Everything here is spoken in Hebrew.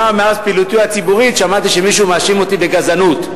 בפעילותי הציבורית שמעתי שמישהו מאשים אותי בגזענות.